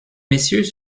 messieurs